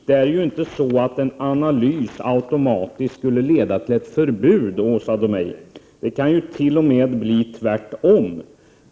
Det är inte så att en analys automatiskt skulle leda till ett förbud, Åsa Domeij. Det kan t.o.m. bli tvärtom.